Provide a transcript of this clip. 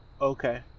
okay